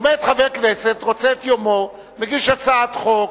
עומד חבר כנסת, רוצה את יומו, מגיש הצעת חוק.